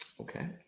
Okay